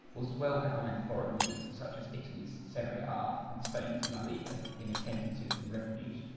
was well behind foreign leagues such as italy'sserie a ah and spain's la liga in attendances and revenues,